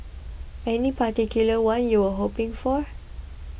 any particular one you were hoping for